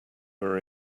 were